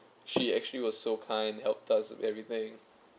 she actually was so kind helped us everything